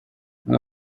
umwe